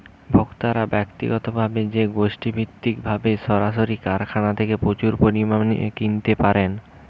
ভোক্তারা ব্যক্তিগতভাবে বা গোষ্ঠীভিত্তিকভাবে সরাসরি কারখানা থেকে প্রচুর পরিমাণে কিনতে পারেন